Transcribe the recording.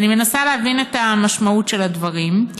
ואני מנסה להבין את המשמעות של הדברים.